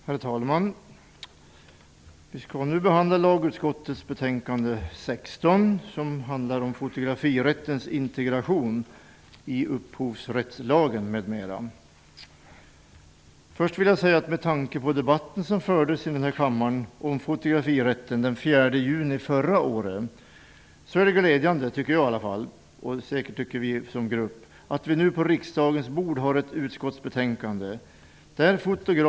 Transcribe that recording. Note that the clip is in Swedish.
Herr talman! Vi skall nu behandla lagutskottets betänkande 16. Det handlar om fotografirättens integration i upphovsrättslagen, m.m. Med tanke på den debatt som fördes här i kammaren om fotografirätten den 4 juni förra året är det glädjande att vi nu har ett utskottsbetänkande på riksdagens bord där fotografer jämställs med andra konstutövare.